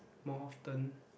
more often